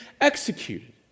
executed